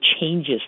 changes